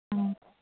ம்